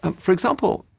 um for example,